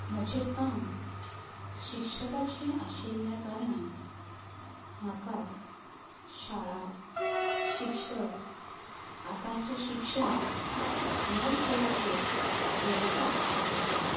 म्हजें काम शिक्षकाचें आशिल्ल्या कारणान म्हाका शाळा शिक्षक आतांचें शिक्षण ह्या विशयांचेर बरोवपाक आवडटलें